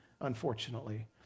unfortunately